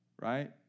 right